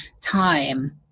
time